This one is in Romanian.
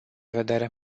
vedere